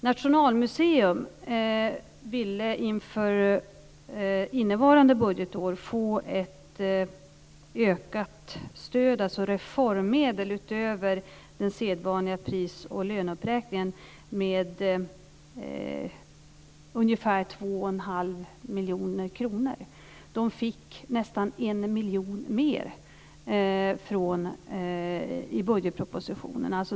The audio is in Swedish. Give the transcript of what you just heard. Nationalmuseum ville inför innevarande budgetår få ett ökat stöd, alltså reformmedel utöver den sedvanliga pris och löneuppräkningen, med ungefär två och en halv miljoner kronor. De fick nästan en miljon mer i budgetpropositionen.